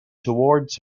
towards